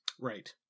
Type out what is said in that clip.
Right